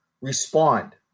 respond